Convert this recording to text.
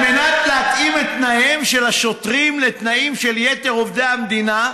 על מנת להתאים את תנאיהם של השוטרים לתנאים של יתר עובדי המדינה,